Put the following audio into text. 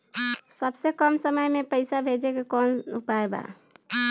सबसे कम समय मे पैसा भेजे के कौन उपाय बा?